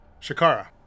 Shakara